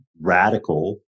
radical